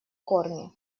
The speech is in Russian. корни